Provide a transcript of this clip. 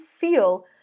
feel